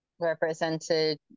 represented